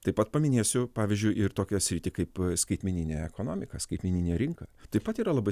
taip pat paminėsiu pavyzdžiui ir tokią sritį kaip skaitmeninė ekonomika skaitmeninė rinka taip pat yra labai